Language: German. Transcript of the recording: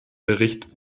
bericht